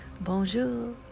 bonjour